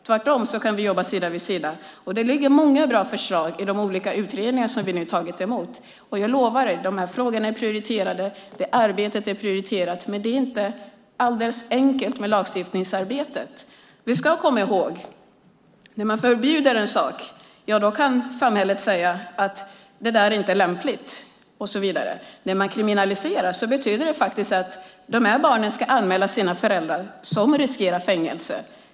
Tvärtom kan vi jobba sida vid sida. Det ligger många bra förslag i de olika utredningarna som vi nu tagit emot. Och jag lovar att de här frågorna är prioriterade, att arbetet är prioriterat, men lagstiftningsarbetet är inte alldeles enkelt. Vi ska komma ihåg att när man förbjuder en sak kan samhället säga att det där inte är lämpligt och så vidare. Om man kriminaliserar betyder det faktiskt att de här barnen ska anmäla sina föräldrar, som riskerar fängelse.